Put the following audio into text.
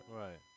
right